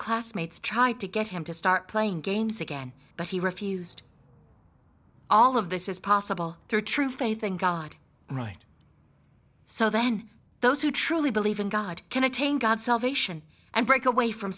classmates tried to get him to start playing games again but he refused all of this is possible through true faith in god right so then those who truly believe in god can attain god's salvation and break away from